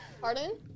Pardon